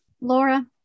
Laura